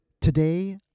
Today